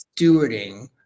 stewarding